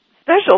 special